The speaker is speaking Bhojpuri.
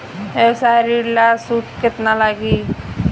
व्यवसाय ऋण ला सूद केतना लागी?